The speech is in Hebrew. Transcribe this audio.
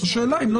זה בכל